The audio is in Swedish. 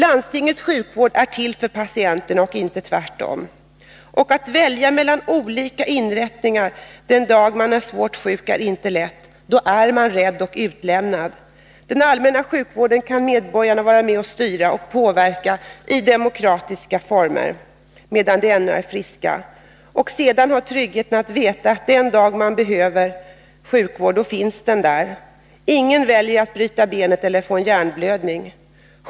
Landstingets sjukvård är till för patienterna och inte tvärtom. Att välja mellan olika inrättningar den dag man är svårt sjuk är inte lätt, då är man rädd och utlämnad. Den allmänna sjukvården kan medborgarna vara med och styra och påverka i demokratiska former medan de ännu är friska, och sedan har de tryggheten att veta att den dag de behöver sjukvård finns den där. Ingen väljer att bryta benet eller att få en hjärnblödning.